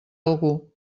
algú